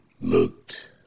looked